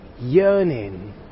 yearning